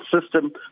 system